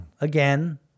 Again